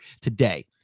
today